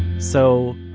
so,